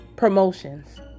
promotions